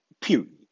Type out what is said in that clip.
Period